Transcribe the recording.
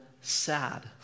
sad